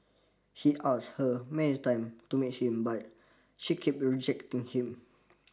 he asked her many time to meet him but she keep rejecting him